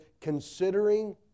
considering